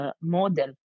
model